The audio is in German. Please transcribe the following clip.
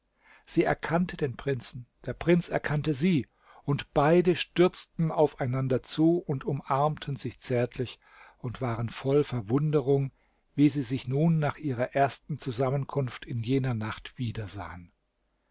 sie erkannte den prinzen der prinz erkannte sie und beide stürzten aufeinander zu und umarmten sich zärtlich und waren voll verwunderung wie sie sich nun nach ihrer ersten zusammenkunft in jener nacht wieder